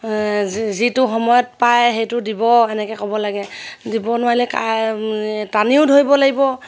যিটো সময়ত পায় সেইটো দিব এনেকে ক'ব লাগে দিব নোৱাৰিলে টানিও ধৰিব লাগিব